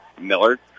Miller